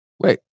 Wait